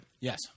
Yes